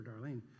Darlene